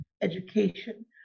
education